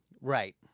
Right